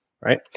right